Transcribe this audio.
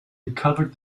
recovered